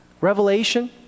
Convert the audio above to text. Revelation